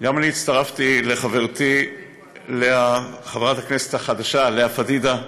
גם אני הצטרפתי לחברתי חברת הכנסת החדשה לאה פדידה,